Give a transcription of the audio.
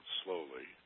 slowly